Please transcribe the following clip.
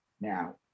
now